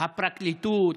הפרקליטות,